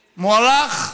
מוערך,